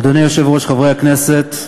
אדוני היושב-ראש, חברי הכנסת,